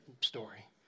story